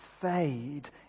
fade